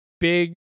big